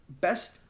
Best